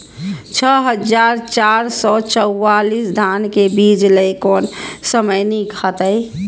छः हजार चार सौ चव्वालीस धान के बीज लय कोन समय निक हायत?